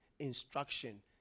instruction